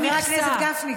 חבר הכנסת גפני,